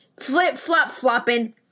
flip-flop-flopping